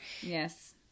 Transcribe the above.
Yes